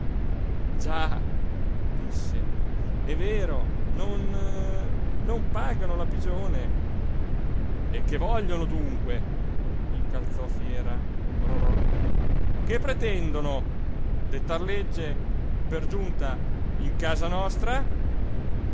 disse è vero non non pagano la pigione e che vogliono dunque incalzò fiera rorò che pretendono dettar legge per giunta in casa nostra